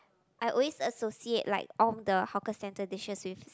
I always associate like all the hawker centre dishes with